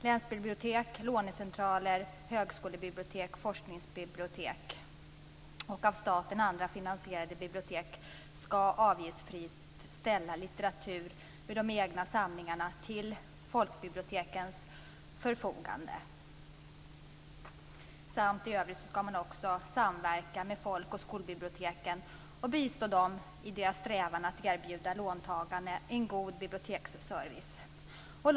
Länsbibliotek, lånecentraler, högskolebibliotek, forskningsbibliotek och andra av staten finansierade bibliotek skall avgiftsfritt ställa litteratur ur de egna samlingarna till folkbibliotekens förfogande. Man skall också samverka med folk och skolbiblioteken och bistå dem i deras strävan att erbjuda låntagarna en god biblioteksservice.